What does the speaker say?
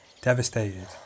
devastated